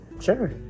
sure